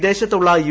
വിദേശത്തുള്ള യു